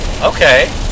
Okay